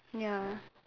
ya